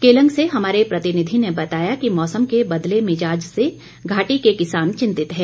केलंग से हमारे प्रतिनिधि ने बताया कि मौसम के बदले मिजाज से घाटी के किसान चिंतित हैं